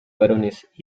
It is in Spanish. varones